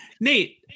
Nate